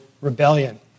rebellion